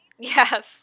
Yes